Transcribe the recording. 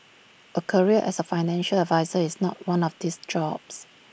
A career as A financial advisor is not one of these jobs